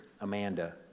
Amanda